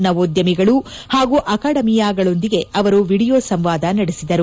ನವೋದ್ದಮಿಗಳು ಹಾಗೂ ಅಕಾಡೆಮಿಯಾಗಳೊಂದಿಗೆ ಅವರು ವಿಡಿಯೋ ಸಂವಾದ ನಡೆಸಿದರು